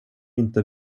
inte